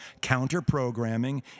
counter-programming